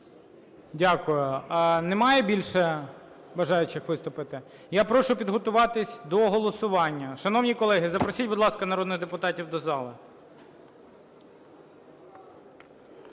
Дякую. Немає більше бажаючих виступити? Я прошу підготуватись до голосування. Шановні колеги, запросіть, будь ласка, народних депутатів до зали.